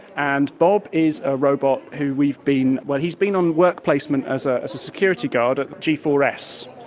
and bob is a robot who we've been, well, he's been on work placement as ah a security guard at g four s,